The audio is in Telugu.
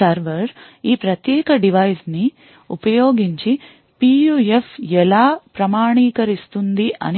సర్వర్ ఈ ప్రత్యేక డివైస్న్ని ఉపయోగించి PUF ఎలా ప్రామాణీకరిస్తుంది అని